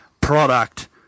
product